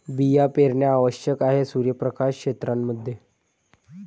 बिया पेरणे आवश्यक आहे सूर्यप्रकाश क्षेत्रां मध्ये